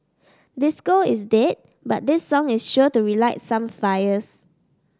disco is dead but this song is sure to relight some fires